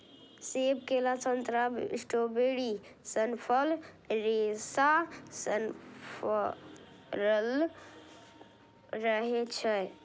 सेब, केला, संतरा, स्ट्रॉबेरी सन फल रेशा सं भरल रहै छै